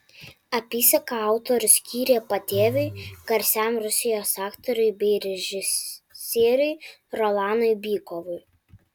apysaką autorius skyrė patėviui garsiam rusijos aktoriui bei režisieriui rolanui bykovui